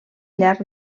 llarg